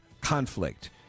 conflict